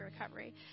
recovery